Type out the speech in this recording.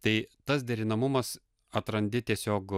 tai tas derinamumas atrandi tiesiog